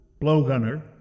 blowgunner